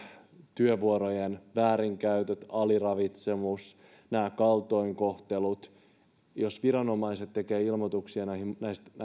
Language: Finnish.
työvuorojen väärinkäytöt aliravitsemus ja kaltoinkohtelut kyllä ovat äärettömän huolestuttavia ja jos viranomaiset tekevät ilmoituksia ja kehotuksia näistä